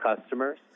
customers